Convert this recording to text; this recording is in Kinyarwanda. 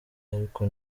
ariko